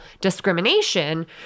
discrimination